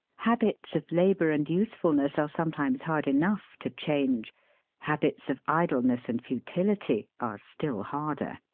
habits of labour and usefulness are sometimes hard enough to change habits of idleness and futility are still harder.